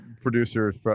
producers